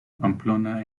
pamplona